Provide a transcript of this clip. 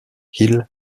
hill